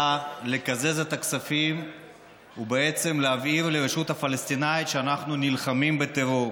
היה לקזז את הכספים ולהבהיר לרשות הפלסטינית שאנחנו נלחמים בטרור